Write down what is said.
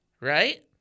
right